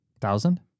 Thousand